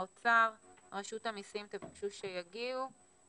האוצר, רשות המסים תבקשו שיגיעו.